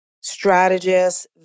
strategists